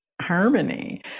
harmony